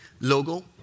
logo